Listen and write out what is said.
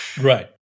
Right